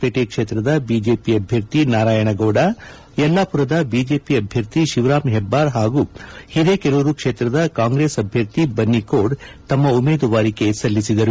ಪೇಟಿ ಕ್ಷೇತ್ರದ ಬಿಜೆಪಿ ಅಭ್ಯರ್ಥಿ ನಾರಾಯಣಗೌಡ ಯಲ್ಲಾಪುರದ ಬಿಜೆಪಿ ಅಭ್ಬರ್ಥಿ ಶಿವರಾಮ್ ಹೆಬ್ಬಾರ್ ಹಾಗೂ ಹಿರೇಕೆರೂರು ಕ್ಷೇತ್ರದ ಕಾಂಗ್ರೆಸ್ ಅಭ್ಯರ್ಥಿ ಬನ್ನಿಕೋಡ್ ತಮ್ಮ ಉಮೇದುವಾರಿಕೆ ಸಲ್ಲಿಸಿದರು